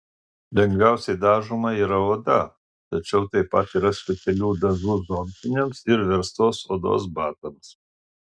lengviausiai dažoma yra oda tačiau taip pat yra specialių dažų zomšiniams ir verstos odos batams